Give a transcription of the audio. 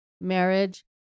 marriage